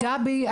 גבי,